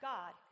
God